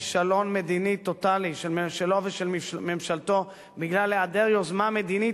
כישלון מדיני טוטלי שלו ושל ממשלתו בגלל היעדר יוזמה מדינית,